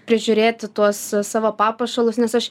prižiūrėti tuos savo papuošalus nes aš